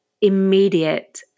immediate